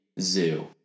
Zoo